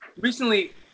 recently